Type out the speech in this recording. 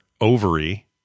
ovary